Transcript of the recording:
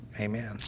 amen